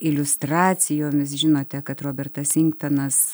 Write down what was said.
iliustracijomis žinote kad robertas inktanas